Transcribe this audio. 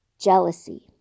Jealousy